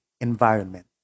environment